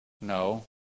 No